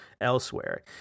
elsewhere